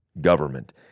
government